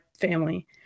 family